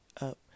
up